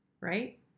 Right